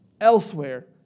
elsewhere